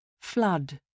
Flood